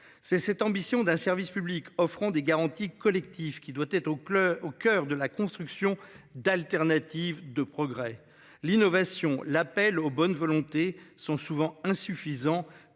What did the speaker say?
c'est cette ambition d'un service public offrant des garanties collectives qui doit être au club, au coeur de la construction d'alternatives de progrès, l'innovation, l'appel aux bonnes volontés sont souvent insuffisants